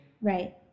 Right